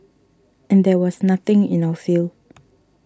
and there was nothing in our field